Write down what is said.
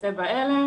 וכיוצא באלה,